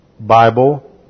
Bible